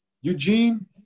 Eugene